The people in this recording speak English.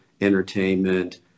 entertainment